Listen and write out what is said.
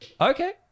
Okay